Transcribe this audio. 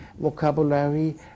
vocabulary